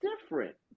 different